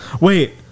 Wait